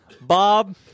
Bob